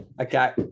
Okay